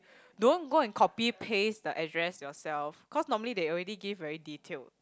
don't go and copy paste the address yourself cause normally they already give very detailed